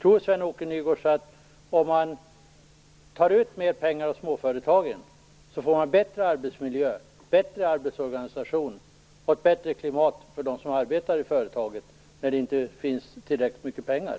Tror Sven-Åke Nygårds att det, om man tar ut mera pengar av småföretagen, blir en bättre arbetsmiljö, en bättre arbetsorganisation och ett bättre klimat för dem som arbetar i företagen när det inte finns tillräckligt mycket pengar?